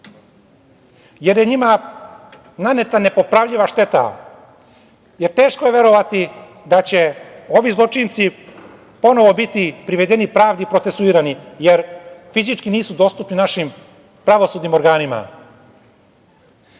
jer je njima naneta nepopravljiva šteta, jer teško je verovati da će ovi zločinci ponovo biti privedeni pravdi i procesuirani jer fizički nisu dostupni našim pravosudnim organima. Takođe,